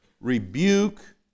rebuke